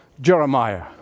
Jeremiah